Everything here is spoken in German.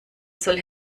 soll